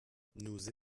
nous